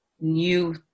new